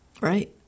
Right